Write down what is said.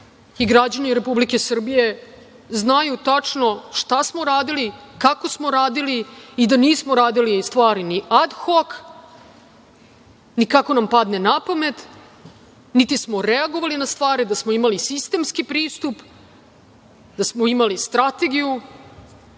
i građani Republike Srbije, znate tačno šta smo uradili, kako smo radili i da nismo radili stvari ni ad hok, ni kako nam padne napamet, niti smo reagovali na stvari, da smo imali sistemski pristup, da smo imali strategiju